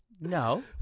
No